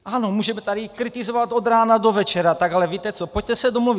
Ano, můžeme tady kritizovat od rána do večera, ale víte co, pojďte se domluvit.